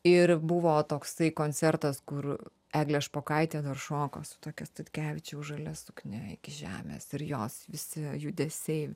ir buvo toksai koncertas kur eglė špokaitė dar šoko su tokia statkevičiaus žalia suknia iki žemės ir jos visi judesiai